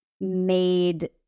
made